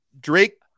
Drake